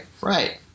Right